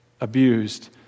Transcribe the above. abused